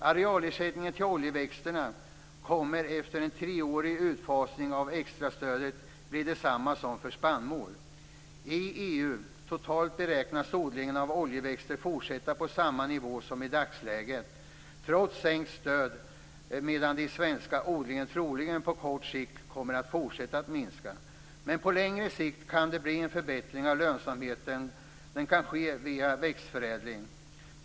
Arealersättningen till oljeväxterna kommer efter en treårig utfasning av extrastödet att bli densamma som för spannmål. I EU beräknas odlingen av oljeväxter totalt fortsätta på samma nivå som i dagsläget, trots sänkt stöd, medan den svenska odlingen troligen på kort sikt kommer att fortsätta att minska. Men på längre sikt kan en förbättring av lönsamheten ske via växtförädling.